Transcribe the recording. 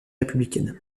républicaine